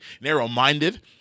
narrow-minded